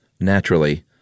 naturally